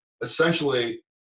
essentially